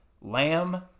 Lamb